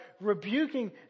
rebuking